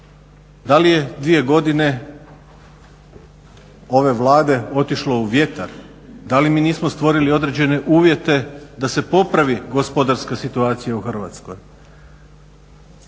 Da li je dvije godine ove Vlade otišlo u vjetar? Da li mi nismo stvorili određene uvjete da se popravi gospodarska situacija u Hrvatskoj?